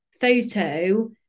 photo